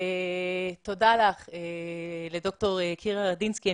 תודה לך דוקטור קירה רדינסקי.